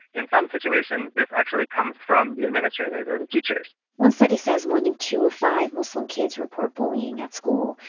in some situations, this actually comes from the administrators or the teachers one study says more than two of five muslim kids report bullying at school.